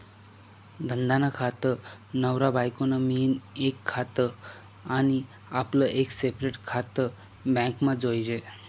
धंदा नं खातं, नवरा बायको नं मियीन एक खातं आनी आपलं एक सेपरेट खातं बॅकमा जोयजे